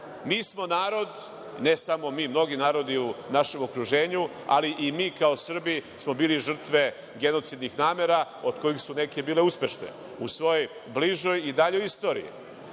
Mi smo narod, ne samo mi, mnogi narodi u našem okruženju, ali i mi kao Srbi smo bili žrtve genocidnih namera, od kojih su neke bile uspešne u svojoj bližoj i daljoj istoriji. Argument